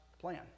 plan